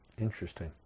Interesting